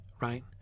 Right